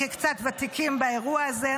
כקצת ותיקים באירוע הזה,